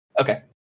Okay